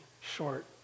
short